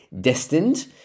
destined